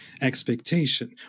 expectation